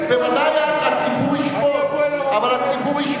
בוודאי הציבור ישפוט.